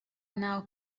now